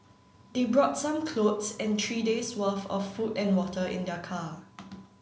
they brought some clothes and three days worth of food and water in their car